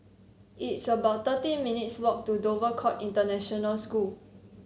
it's about thirteen minutes' walk to Dover Court International School